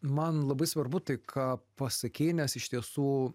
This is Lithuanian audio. man labai svarbu tai ką pasakei nes iš tiesų